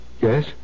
Yes